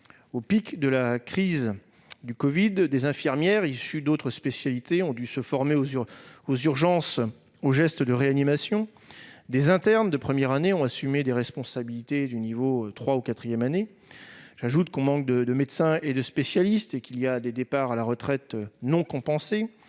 Au pic de la crise du covid-19, des infirmières issues d'autres spécialités ont dû se former en urgence aux gestes de réanimation. Des internes de première année ont assumé des responsabilités de niveau troisième ou quatrième année. J'ajoute que l'on manque de médecins et de spécialistes et que des départs à la retraite ne sont pas compensés.